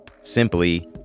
simply